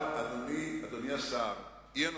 אבל, אדוני השר, היא הנותנת.